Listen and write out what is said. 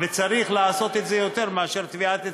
וצריך לעשות את זה יותר פעמים מאשר טביעת אצבעות.